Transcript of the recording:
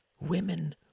Women